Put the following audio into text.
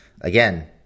again